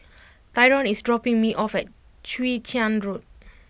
Tyrone is dropping me off at Chwee Chian Road